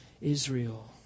Israel